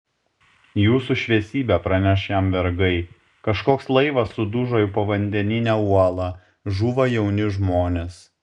jūsų šviesybe praneš jam vergai kažkoks laivas sudužo į povandeninę uolą žūva jauni žmonės